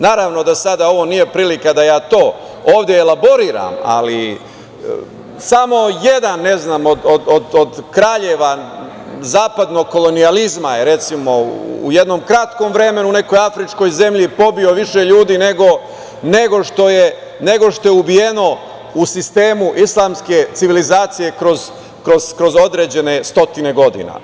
Naravno, sada ovo nije prilika da ja to ovde elaboriram, ali samo jedan od kraljeva zapadnog kolonijalizma je u jednom kratkom vremenu u nekoj afričkoj zemlji pobio više ljudi nego što ubijeno u sistemu islamske civilizacije kroz određene stotine godina.